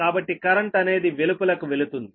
కాబట్టి కరెంట్ అనేది వెలుపలకు వెళుతుంది